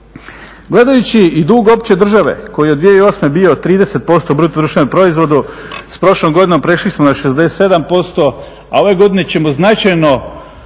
Gledajući i dug opće države koji je od 2008. bio 30% bruto društvenog proizvoda s prošlom godinom prešli smo na 67%, a ove godine ćemo značajno